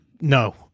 No